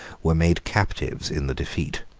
were made captives in the defeat.